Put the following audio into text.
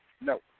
No